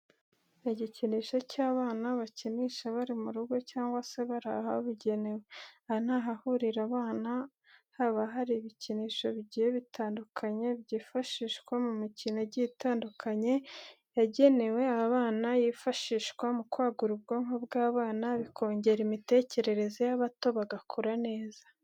Ni igikinisho cy'abana bakinisha bari mu rugo cyangwa se bari ahabugenewe. Aha ni ahahurira abana, haba hari ibikinisho bigiye bitandukanye byifashishwa mu mikino igiye itandukanye yangenewe abana yifashishwa mu kwagura ubwonko bw'abana bikongera imitekerereze y'abato bagakura neza.